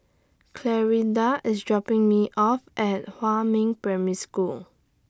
Clarinda IS dropping Me off At Huamin Primary School